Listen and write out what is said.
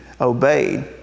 obeyed